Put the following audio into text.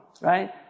Right